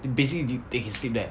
basically th~ they can sleep there